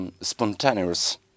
spontaneous